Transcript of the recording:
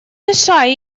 мешай